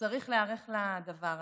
צריך להיערך לדבר הזה.